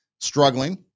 struggling